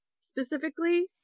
specifically